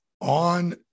on